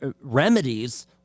remedies